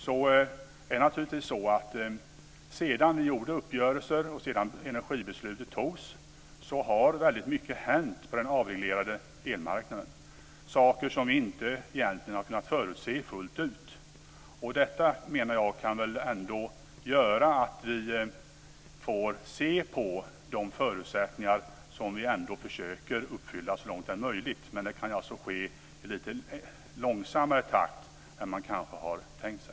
Det är naturligtvis så att sedan vi gjorde uppgörelserna, och sedan energibeslutet fattades, har väldigt mycket hänt på den avreglerade elmarknaden, saker som vi inte egentligen har kunnat förutse fullt ut. Detta, menar jag, kan göra att vi får se på de förutsättningar som vi ändå försöker uppfylla så långt det är möjligt. Det kan alltså ske i lite långsammare takt än man kanske har tänkt sig.